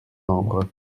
membres